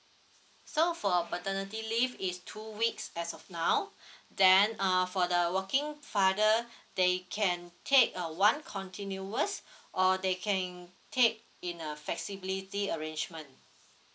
so for paternity leave is two weeks as of now then uh for the working father they can take uh one continuous or they can take in a flexibility arrangement